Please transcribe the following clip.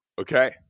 Okay